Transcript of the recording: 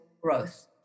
growth